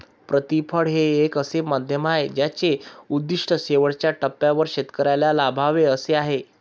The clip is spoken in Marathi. प्रतिफळ हे एक असे माध्यम आहे ज्याचे उद्दिष्ट शेवटच्या टप्प्यावर शेतकऱ्याला लाभावे असे आहे